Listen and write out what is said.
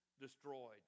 destroyed